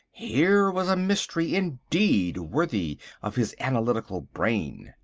here was a mystery indeed worthy of his analytical brain.